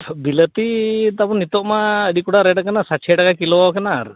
ᱵᱤᱞᱟᱹᱛᱤ ᱛᱟᱵᱚᱱ ᱱᱤᱛᱳᱜ ᱢᱟ ᱟᱹᱰᱤ ᱴᱟᱠᱟ ᱨᱮᱴ ᱠᱟᱱᱟ ᱥᱟᱛᱥᱚ ᱴᱟᱠᱟ ᱠᱤᱞᱳ ᱠᱟᱱᱟ